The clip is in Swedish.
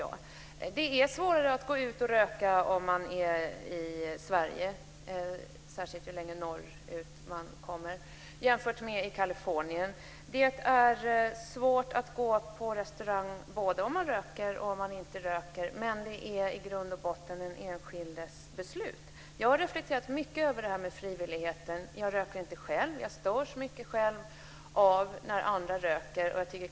Det är svårare att gå ut och röka i Sverige, särskilt längre norrut, jämfört med hur det är i Kalifornien. Det är svårt att gå på restaurang både om man röker och om man inte röker, men det är i grund och botten den enskildes beslut. Jag har reflekterat mycket över detta med frivilligheten. Jag röker inte själv, och jag störs mycket när andra röker.